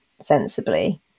sensibly